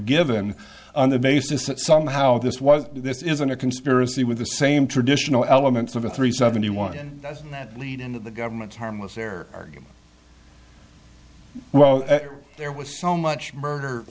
given on the basis that somehow this was this isn't a conspiracy with the same traditional elements of a three seventy one and that lead into the government's harmless error argument well there was so much murder